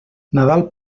nadal